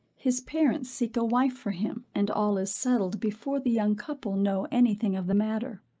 his parents seek a wife for him, and all is settled before the young couple know any thing of the matter.